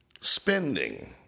spending